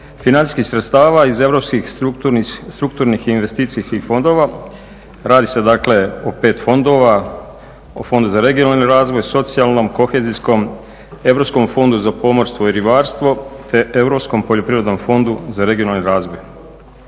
financijskih sredstava iz europskih strukturnih i investicijskih fondova. Radi se, dakle o pet fondova, o Fondu za regionalni razvoj, socijalnom, kohezijskom, Europskom fondu za pomorstvo i ribarstvo te Europskom poljoprivrednom fondu za regionalni razvoj.